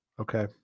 okay